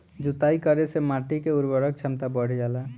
जुताई करे से माटी के उर्वरक क्षमता बढ़ जाला